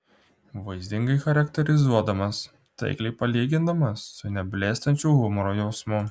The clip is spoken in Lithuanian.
vaizdingai charakterizuodamas taikliai palygindamas su neblėstančiu humoro jausmu